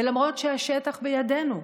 ולמרות שהשטח בידינו,